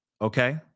okay